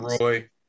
Roy